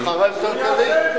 זה חרם כלכלי.